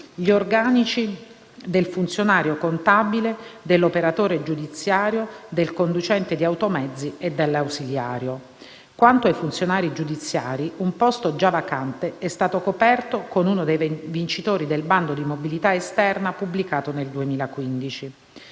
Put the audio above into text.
gli organici del funzionario contabile, dell'operatore giudiziario, del conducente di automezzi e dell'ausiliario. Quanto ai funzionari giudiziari, un posto già vacante è stato coperto con uno dei vincitori del bando di mobilità esterna pubblicato nel 2015.